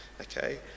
okay